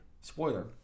Spoiler